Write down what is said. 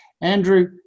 Andrew